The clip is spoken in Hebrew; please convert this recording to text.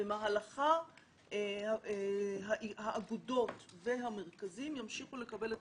במהלכה האגודות והמרכזים ימשיכו לקבל את